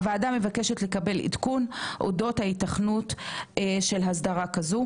הוועדה מבקשת לקבל עדכון אודות ההיתכנות של הסדרה כזו.